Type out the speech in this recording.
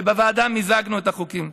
ובוועדה מיזגנו את החוקים.